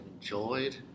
enjoyed